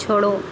छोड़ो